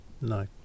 No